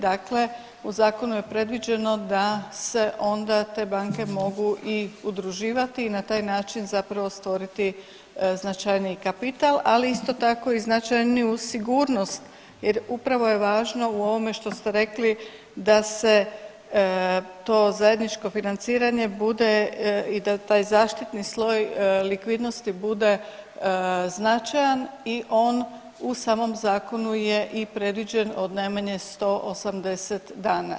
Dakle, u zakonu je predviđeno da se onda te banke mogu i udruživati i na taj način zapravo stvoriti značajniji kapital, ali isto tako i značajniju sigurnost jer upravo je važno u ovome što ste rekli da se to zajedničko financiranje bude i da taj zaštitni sloj likvidnosti bude značajan i on u samom zakonu je i predviđen od najmanje 180 dana.